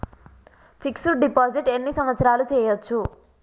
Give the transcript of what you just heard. Fix డ్ deposit ఎన్ని సంవత్సరాలు చేయచ్చు?